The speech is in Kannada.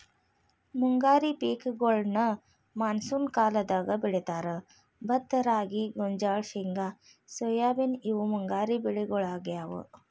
ಮುಂಗಾರಿ ಪೇಕಗೋಳ್ನ ಮಾನ್ಸೂನ್ ಕಾಲದಾಗ ಬೆಳೇತಾರ, ಭತ್ತ ರಾಗಿ, ಗೋಂಜಾಳ, ಶೇಂಗಾ ಸೋಯಾಬೇನ್ ಇವು ಮುಂಗಾರಿ ಬೆಳಿಗೊಳಾಗ್ಯಾವು